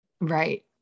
Right